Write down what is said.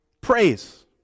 Praise